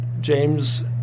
James